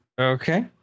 Okay